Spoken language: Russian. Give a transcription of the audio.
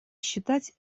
считать